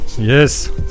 Yes